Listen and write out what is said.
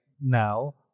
now